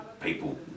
people